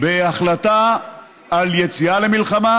בהחלטה על יציאה למלחמה,